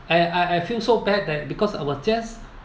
I I I feel so bad that because I were just